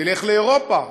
ונלך לאירופה,